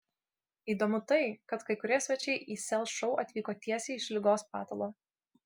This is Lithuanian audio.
įdomu tai kad kai kurie svečiai į sel šou atvyko tiesiai iš ligos patalo